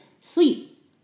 sleep